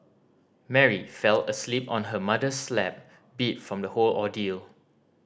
Mary fell asleep on her mother's lap beat from the whole ordeal